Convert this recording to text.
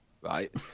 right